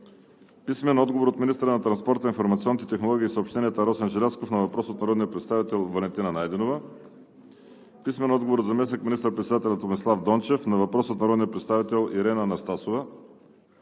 Найденова; – министъра на транспорта, информационните технологии и съобщенията Росен Желязков на въпрос от народния представител Валентина Найденова; – заместник министър-председателя Томислав Дончев на въпрос от народния представител Ирена Анастасова;